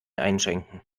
einschenken